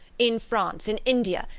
in france, in india,